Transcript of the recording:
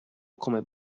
come